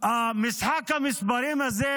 משחק המספרים הזה,